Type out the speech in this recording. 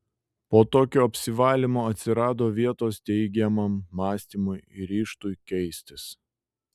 po tokio apsivalymo atsirado vietos teigiamam mąstymui ir ryžtui keistis